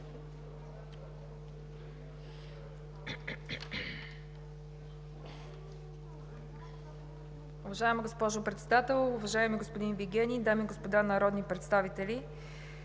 Уважаема госпожо Председател, уважаеми господин Вигенин, дами и господа народни представители!